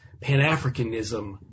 Pan-Africanism